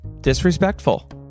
disrespectful